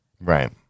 Right